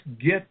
get